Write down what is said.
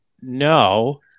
No